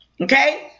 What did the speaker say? okay